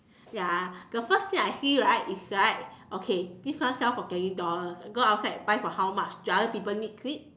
ya the first thing I see right is right okay this one sell for twenty dollars go outside buy for how much do other people needs it